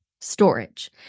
storage